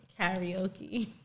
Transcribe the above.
karaoke